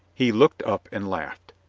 he looked up and laughed.